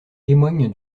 témoigne